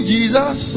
Jesus